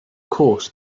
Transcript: course